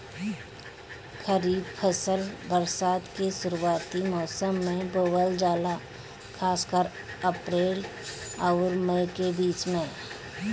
खरीफ फसल बरसात के शुरूआती मौसम में बोवल जाला खासकर अप्रैल आउर मई के बीच में